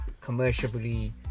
commercially